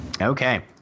Okay